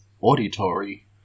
auditory